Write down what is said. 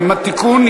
(תיקון,